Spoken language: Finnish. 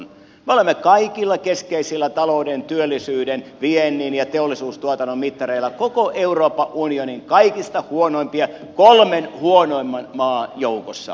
me olemme kaikilla keskeisillä talouden työllisyyden viennin ja teollisuustuotannon mittareilla koko euroopan unionin kaikista huonoimpia kolmen huonoimman maan joukossa